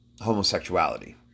homosexuality